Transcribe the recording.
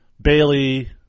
Bailey